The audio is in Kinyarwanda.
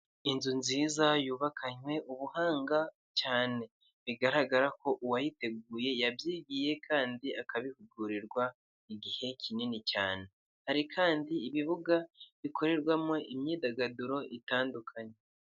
Inzu nziza yubakanywe ubuhanga cyane, bigaragara ko uwayiteguye yabyigiye kandi akabihugurirwa igihe kinini cyane, hari kandi ibibuga bikorerwamo imyidagaduro itandukanye.